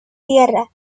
tierra